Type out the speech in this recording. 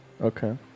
Okay